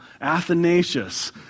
Athanasius